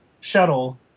shuttle